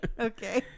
Okay